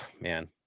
man